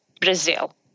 Brazil